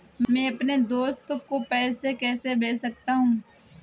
मैं अपने दोस्त को पैसे कैसे भेज सकता हूँ?